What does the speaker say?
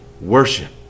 worship